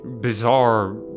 bizarre